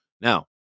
Now